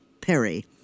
Perry